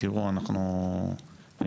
תראו, אני